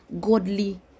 godly